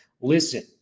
listen